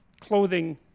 clothing